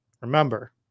Remember